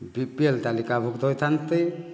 BPL ତାଲିକା ଭୁକ୍ତ ହେଇଥାନ୍ତି